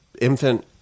infant